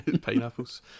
pineapples